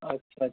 اچھا اچھا